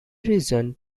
reasoned